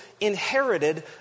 inherited